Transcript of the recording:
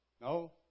No